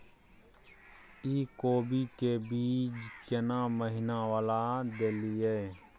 इ कोबी के बीज केना महीना वाला देलियैई?